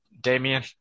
Damien